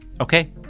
Okay